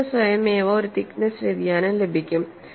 നിങ്ങൾക്ക് സ്വയമേവ ഒരു തിക്നെസ്സ് വ്യതിയാനം ലഭിക്കും